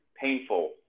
painful